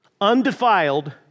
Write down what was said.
undefiled